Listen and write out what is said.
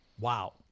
Wow